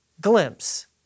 glimpse